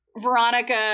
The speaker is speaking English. Veronica